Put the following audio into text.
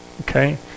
okay